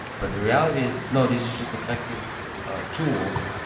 but the reality is, no. these are just effective tools,